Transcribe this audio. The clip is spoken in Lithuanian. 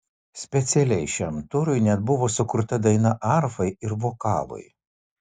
specialiai šiam turui net buvo sukurta daina arfai ir vokalui